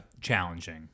challenging